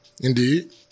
Indeed